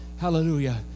hallelujah